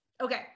Okay